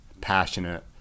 passionate